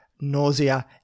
nausea